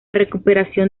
recuperación